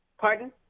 Pardon